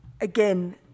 again